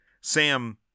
Sam